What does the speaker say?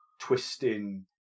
twisting